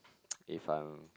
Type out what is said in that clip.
if I'm